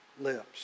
lips